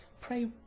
pray